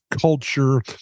culture